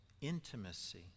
intimacy